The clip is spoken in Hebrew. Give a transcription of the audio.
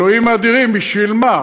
אלוהים אדירים, בשביל מה?